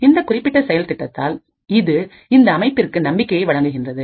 இந்த குறிப்பிட்ட செயல் திட்டத்தால் இது இந்த அமைப்பிற்கு நம்பிக்கையை வழங்குகின்றது